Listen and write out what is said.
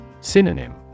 Synonym